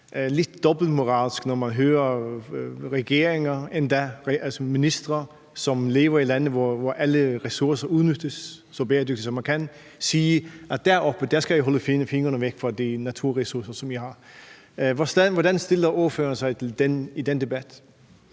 lidt dobbeltmoralsk, når man hører ministre, som lever i lande, hvor alle ressourcer udnyttes så bæredygtigt, som man kan, sige: Deroppe skal I holde fingrene væk fra de naturressourcer, som I har. Hvordan stiller ordføreren sig i den debat?